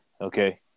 Okay